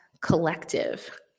Collective